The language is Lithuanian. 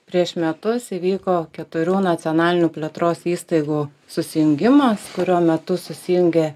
prieš metus įvyko keturių nacionalinių plėtros įstaigų susijungimas kurio metu susijungė